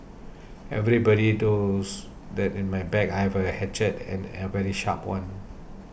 everybody knows that in my bag I have a hatchet and a very sharp one